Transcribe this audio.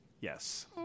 yes